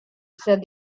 said